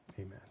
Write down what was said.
Amen